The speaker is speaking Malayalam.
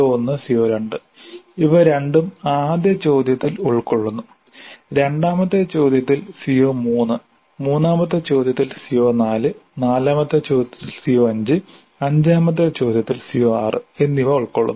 CO1 CO2 ഇവ രണ്ടും ആദ്യ ചോദ്യത്തിൽ ഉൾക്കൊള്ളുന്നു രണ്ടാമത്തെ ചോദ്യത്തിൽ CO3 മൂന്നാമത്തെ ചോദ്യത്തിൽ CO4 നാലാമത്തെ ചോദ്യത്തിൽ CO5 അഞ്ചാമത്തെ ചോദ്യത്തിൽ CO6 എന്നിവ ഉൾക്കൊള്ളുന്നു